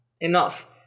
enough